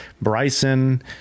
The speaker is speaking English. Bryson